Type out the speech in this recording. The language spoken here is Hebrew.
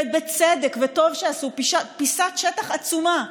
ובצדק, וטוב שכך, פיסת שטח עצומה.